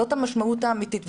זאת המשמעות האמיתית.